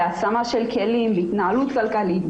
בהעצמה של כלים והתנהלות כלכלית,